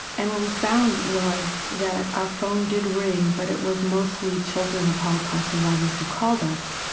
and what we found was that our phone did ring, but it was mostly children of holocaust survivors who called us.